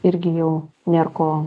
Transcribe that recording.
irgi jau nėr ko